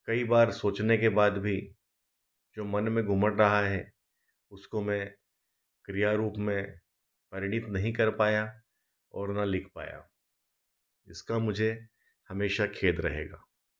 कई बार सोचने के बाद भी जो मन में घुमड़ रहा है उसको मैं क्रिया रूप परिणित नही कर पाया और ना लिख पाया इसका मुझे हमेशा खेद रहेगा